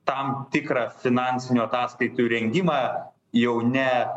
tam tikrą finansinių ataskaitų rengimą jau ne